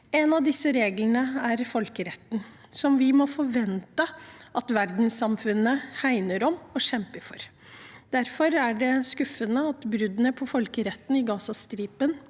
En av disse reglene er folkeretten, som vi må forvente at verdenssamfunnet hegner om og kjemper for. Derfor er det skuffende at bruddene på folkeretten på Gazastripen